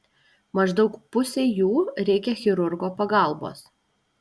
maždaug pusei jų reikia chirurgo pagalbos